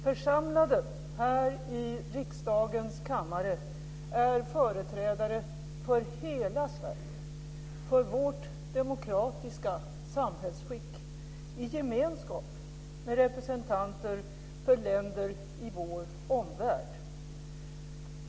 Församlade här i riksdagens kammare är företrädare för hela Sverige, för vårt demokratiska samhällsskick, i gemenskap med representanter för länder i vår omvärld.